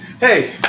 Hey